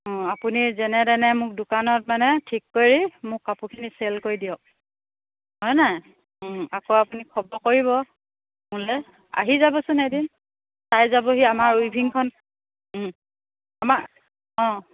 অঁ আপুনি যেনে তেনে মোক দোকানত মানে ঠিক কৰি মোক কাপোৰখিনি চেল কৰি দিয়ক হয় নাই আকৌ আপুনি খবৰ কৰিব মোলে আহি যাবচোন এদিন চাই যাবহি আমাৰ উইভিংখন আমাৰ অঁ